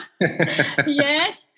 Yes